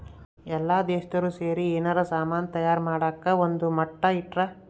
ಎಲ್ಲ ದೇಶ್ದೊರ್ ಸೇರಿ ಯೆನಾರ ಸಾಮನ್ ತಯಾರ್ ಮಾಡಕ ಒಂದ್ ಮಟ್ಟ ಇಟ್ಟರ